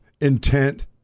intent